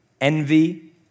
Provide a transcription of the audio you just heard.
envy